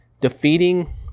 defeating